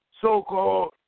So-called